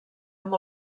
amb